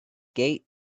gate